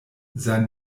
sein